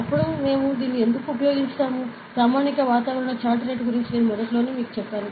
అప్పుడు మేము దీన్ని ఎందుకు ఉపయోగిస్తాము ప్రామాణిక వాతావరణ చార్ట్ రేటు గురించి నేను మొదట్లో మీకు చెప్పాను